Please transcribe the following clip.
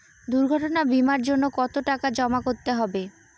দুর্ঘটনা বিমার জন্য কত টাকা জমা করতে হবে?